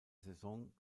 saison